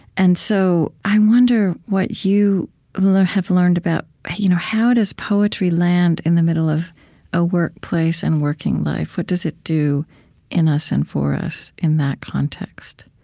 and so i wonder what you have learned about you know how does poetry land in the middle of a workplace, in and working life? what does it do in us and for us in that context?